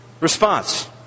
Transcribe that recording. Response